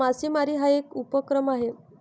मासेमारी हा एक उपक्रम आहे